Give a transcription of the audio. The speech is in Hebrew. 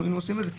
היינו עושים את זה,